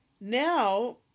now